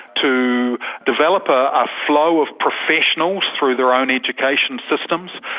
to develop a ah flow of professionals through their own education systems,